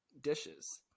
dishes